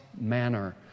manner